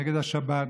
נגד השבת,